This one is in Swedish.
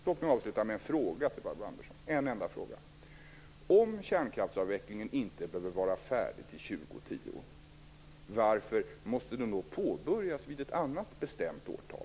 Låt mig avsluta med en enda fråga till Barbro Andersson: Om kärnkraftsavvecklingen inte behöver färdig till 2010, varför måste den då påbörjas vid ett annat bestämt årtal?